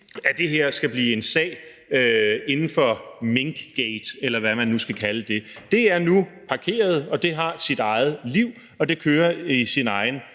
at det her skal blive en sag inden for minkgate, eller hvad man nu skal alle det. Det er nu parkeret, og det har sit eget liv, og det kører i sit eget